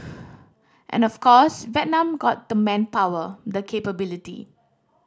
and of course Vietnam got the manpower the capability